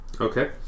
Okay